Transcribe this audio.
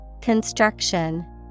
Construction